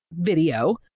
video